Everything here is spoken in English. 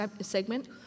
segment